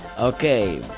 Okay